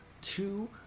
two